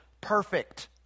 perfect